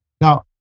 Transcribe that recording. Now